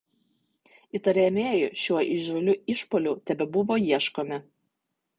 įtariamieji šiuo įžūliu išpuoliu tebebuvo ieškomi